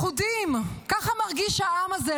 לכודים, ככה מרגיש העם הזה.